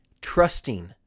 trusting